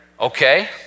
Okay